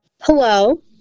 Hello